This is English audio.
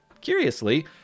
Curiously